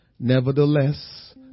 Nevertheless